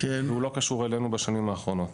והוא לא קשור אלינו בשנים האחרונות.